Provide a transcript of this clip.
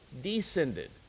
descended